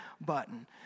button